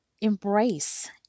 Embrace